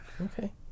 Okay